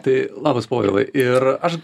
tai labas povilai ir aš